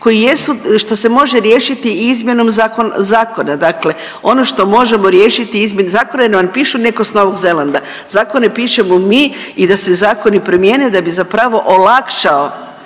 koji jesu, što se može riješiti i izmjenom zakona. Dakle, ono što možemo riješiti izmjenom zakona, jer vam ne pišu netko s Novog Zelanda. Zakone pišemo mi i da se zakoni promijene da bi zapravo olakšao